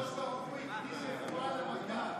הוא הקדים רפואה למכה.